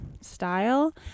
style